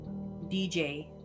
DJ